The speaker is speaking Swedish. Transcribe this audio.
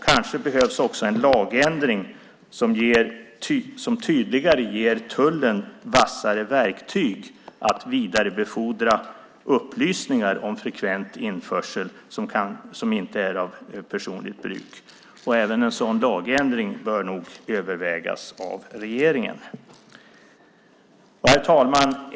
Kanske behövs även en lagändring som tydligare ger tullen vassare verktyg att vidarebefordra upplysningar om frekvent införsel som inte är för personligt bruk. Också en sådan lagändring bör nog övervägas av regeringen. Herr talman!